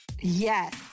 Yes